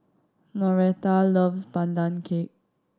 Noreta loves Pandan Cake